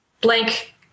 blank